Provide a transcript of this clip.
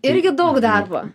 irgi daug darbo